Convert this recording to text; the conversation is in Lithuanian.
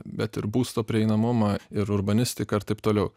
bet ir būsto prieinamumą ir urbanistiką ir taip toliau